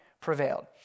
prevailed